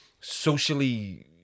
socially